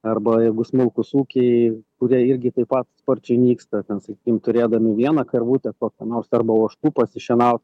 arba jeigu smulkūs ūkiai kurie irgi taip pat sparčiai nyksta ten sakykim turėdami vieną karvutę kokią nors arba ožkų pasišienaut